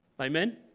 Amen